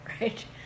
right